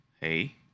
hey